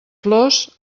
flors